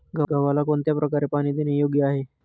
गव्हाला कोणत्या प्रकारे पाणी देणे योग्य आहे?